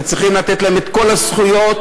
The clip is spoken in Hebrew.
וצריכים לתת להם את כל הזכויות,